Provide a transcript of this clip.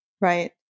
Right